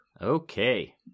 Okay